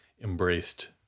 embraced